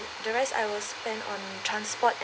the rest I will spend on transport